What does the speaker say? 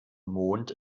mond